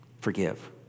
Forgive